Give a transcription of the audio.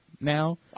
now